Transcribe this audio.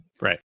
Right